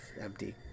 empty